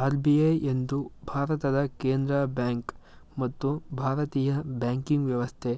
RBI ಎಂದು ಭಾರತದ ಕೇಂದ್ರ ಬ್ಯಾಂಕ್ ಮತ್ತು ಭಾರತೀಯ ಬ್ಯಾಂಕಿಂಗ್ ವ್ಯವಸ್ಥೆ